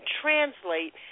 translate